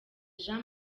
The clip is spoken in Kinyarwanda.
jean